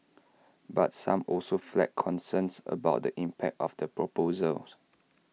but some also flagged concerns about the impact of the proposals